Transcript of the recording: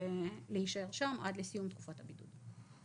ולהישאר שם עד לסיום תקופת הבידוד.